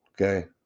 Okay